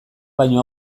baino